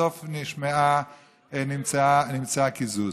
ובסוף לא נמצא קיזוז.